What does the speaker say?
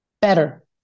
better